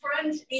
friends